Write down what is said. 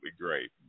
great